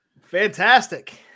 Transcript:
Fantastic